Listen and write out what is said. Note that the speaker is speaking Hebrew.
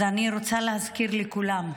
אז אני רוצה להזכיר לכולם: